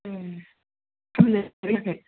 ए